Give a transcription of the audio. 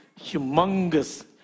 humongous